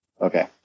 Okay